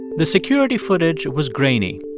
the security footage was grainy.